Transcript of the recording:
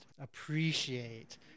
appreciate